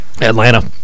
Atlanta